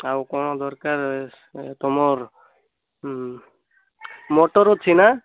ଆଉ କ'ଣ ଦରକାର ତୁମର ହୁଁ ମଟର ଅଛି ନା